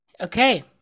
Okay